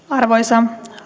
arvoisa